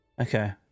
Okay